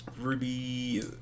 Ruby